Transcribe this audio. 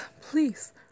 please